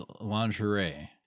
lingerie